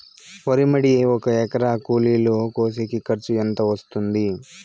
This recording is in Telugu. వరి మడి ఒక ఎకరా కూలీలు కోసేకి ఖర్చు ఎంత వస్తుంది?